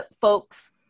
folks